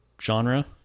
genre